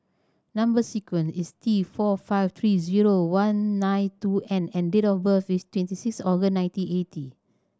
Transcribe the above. number sequence is T four five three zero one nine two N and date of birth is twenty six August nineteen eighty